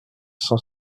cent